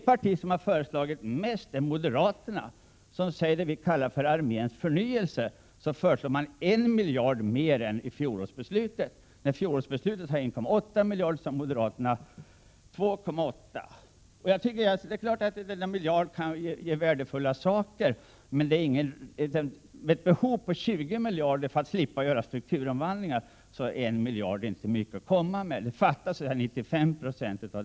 Det parti som har föreslagit mest är moderaterna, som för perioden 1992-97 till det vi kallar för arméns förnyelse föreslår en miljard mer än i fjolårsbeslutet. Majoriteten sade 1,8 miljarder, och moderaterna har sagt 2,8. Det är klart att denna miljard kan ge värdefulla saker, men när behovet är 20 miljarder för att kunna slippa göra strukturomvandlingar, är en miljard inte mycket att komma med. Det fattas 95 26.